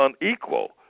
unequal